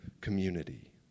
community